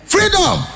Freedom